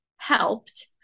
helped